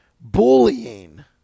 bullying